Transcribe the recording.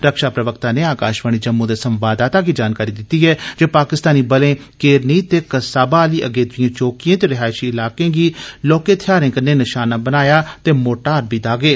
रक्षा प्रवक्ता नै आकाशवाणी जम्मू दे संवाददाता गी जानकारी दिती ऐ जे पाकिस्तानी बलें केरनी ते कसाबा आली अगेत्री चौकियें ते रिहायशी इलाकें गी लौहके हथियारें कन्नै निशाना बनाया ते मोर्टार बी दागे